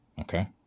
okay